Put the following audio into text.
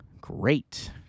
great